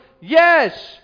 Yes